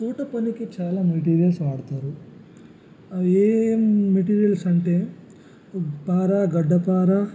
తోటపనికి చాలా మెటీరియల్స్ వాడతారు అవి ఏయేఎం మెటీరియల్స్ అంటే పార గడ్డ పార